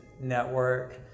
network